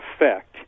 effect